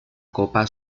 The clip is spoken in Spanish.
copa